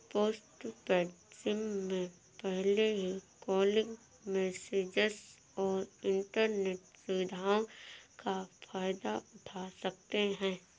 postpaid SIM में पहले ही कॉलिंग, मैसेजस और इन्टरनेट सुविधाओं का फायदा उठा सकते हैं